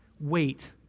wait